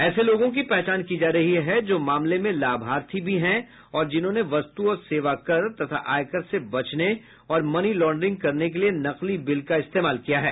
ऐसे लोगों की पहचान की जा रही है जो मामले में लाभार्थी भी हैं और जिन्होंने वस्तु और सेवा कर तथा आयकर से बचने और मनी लॉन्ड्रिंग करने के लिए नकली बिल का इस्तेमाल किया है